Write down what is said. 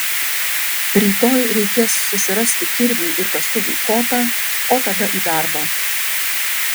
rytoj reikės susirasti kirviui ir kastuvui kotą o tada į darbą